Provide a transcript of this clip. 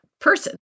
person